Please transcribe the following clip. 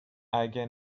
اگه